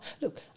Look